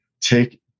take